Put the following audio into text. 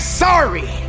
sorry